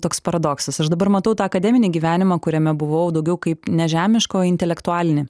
toks paradoksas aš dabar matau tą akademinį gyvenimą kuriame buvau daugiau kaip nežemišką intelektualinį